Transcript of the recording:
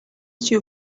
you